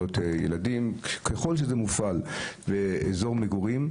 ככל שזה מופעל באזור מגורים,